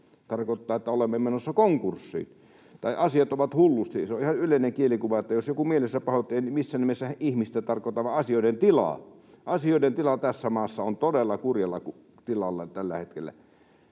tarkoittaa, että olemme menossa konkurssiin — tai asiat ovat hullusti. Se on ihan yleinen kielikuva, eli jos joku mielensä pahoitti, niin en missään nimessä tarkoita ihmistä vaan asioiden tilaa. Asioiden tila tässä maassa on todella kurjalla tolalla tällä hetkellä.